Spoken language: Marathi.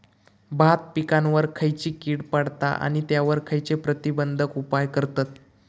भात पिकांवर खैयची कीड पडता आणि त्यावर खैयचे प्रतिबंधक उपाय करतत?